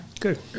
good